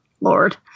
Lord